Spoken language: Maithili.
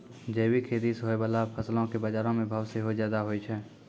जैविक खेती से होय बाला फसलो के बजारो मे भाव सेहो ज्यादा होय छै